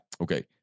Okay